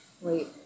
Wait